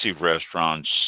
restaurants